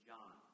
John